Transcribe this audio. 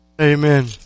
Amen